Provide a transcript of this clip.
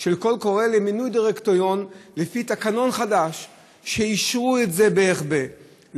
של קול קורא למינוי דירקטוריון לפי תקנון חדש שאישרו אותו בהיחבא,